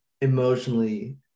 emotionally